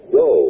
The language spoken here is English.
go